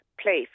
place